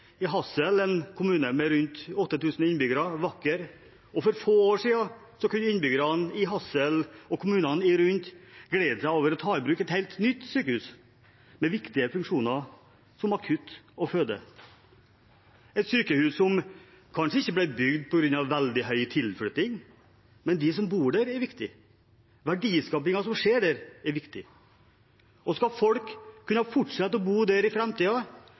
Hadsel, en vakker kommune med rundt 8 000 innbyggere. For få år siden kunne innbyggerne i Hadsel og i kommunene rundt glede seg over å ta i bruk et helt nytt sykehus med viktige funksjoner som akutt- og fødetilbud. Det er et sykehus som kanskje ikke ble bygd på grunn av veldig høy tilflytting, men de som bor der, er viktige. Verdiskapingen som skjer der, er viktig. Skal folk kunne fortsette med å bo der i